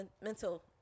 mental